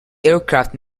aircraft